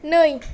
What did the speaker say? नै